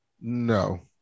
No